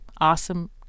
Awesome